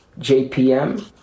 jpm